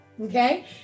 okay